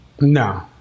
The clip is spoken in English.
No